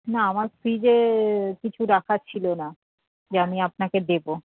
না আমার ফ্রিজে কিছু রাখা ছিলো না যে আমি আপনাকে দেবো